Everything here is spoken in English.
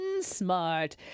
Smart